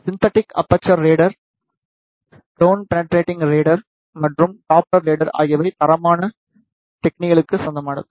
synthetic aperture radar ground penetrating radar மற்றும் Doppler radar ஆகியவை தரமான டெக்னீக்கு சொந்தமானது